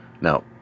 Now